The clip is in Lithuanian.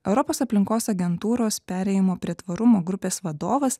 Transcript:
europos aplinkos agentūros perėjimo prie tvarumo grupės vadovas